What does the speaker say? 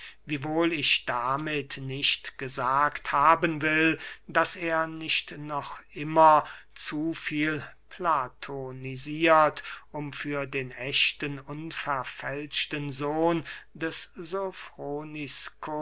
wiewohl ich damit nicht gesagt haben will daß er nicht noch immer zu viel platonisiert um für den ächten unverfälschten sohn des